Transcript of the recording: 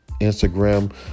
Instagram